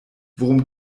worum